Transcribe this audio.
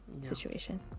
situation